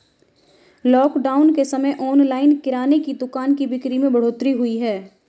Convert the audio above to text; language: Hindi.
लॉकडाउन के समय ऑनलाइन किराने की दुकानों की बिक्री में बढ़ोतरी हुई है